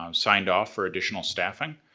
um signed off for additional staffing.